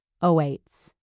awaits